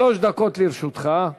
שלוש דקות לרשותך.